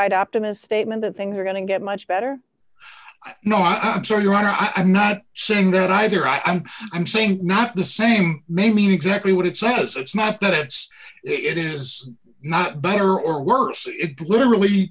cockeyed optimist statement that things are going to get much better no i'm sorry your honor i'm not saying that either i'm i'm saying not the same may mean exactly what it says it's not that's it is not better or worse it literally